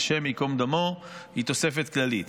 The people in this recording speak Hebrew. "השם ייקום דמו" היא תוספת כללית.